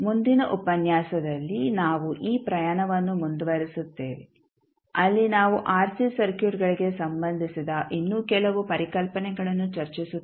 ಮುಂದಿನ ಉಪನ್ಯಾಸದಲ್ಲಿ ನಾವು ಈ ಪ್ರಯಾಣವನ್ನು ಮುಂದುವರಿಸುತ್ತೇವೆ ಅಲ್ಲಿ ನಾವು ಆರ್ಸಿ ಸರ್ಕ್ಯೂಟ್ಗಳಿಗೆ ಸಂಬಂಧಿಸಿದ ಇನ್ನೂ ಕೆಲವು ಪರಿಕಲ್ಪನೆಗಳನ್ನು ಚರ್ಚಿಸುತ್ತೇವೆ